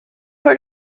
for